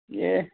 ए